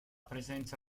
presenza